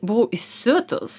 buvau įsiutus